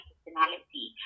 personality